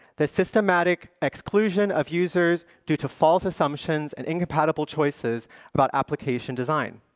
the systematic exclusion of users due to false assumptions and incompatible choices about application design.